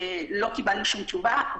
לא קיבלנו שום תשובה.